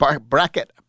bracket